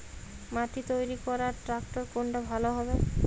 মাটি তৈরি করার ট্রাক্টর কোনটা ভালো হবে?